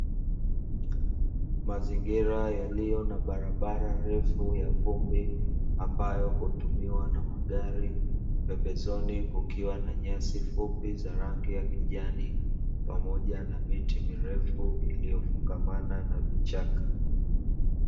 Mazingira yaliyo na barabara refu ya vumbi ambayo hutumiwa na magari, pembezoni kukiwa na nyasi fupi za rangi ya kijani pamoja miti mirefu iliyofungamana na vichaka.